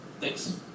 thanks